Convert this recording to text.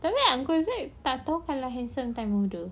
I mean uncle zair tak tahu kalau handsome time muda